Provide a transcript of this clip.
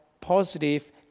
positive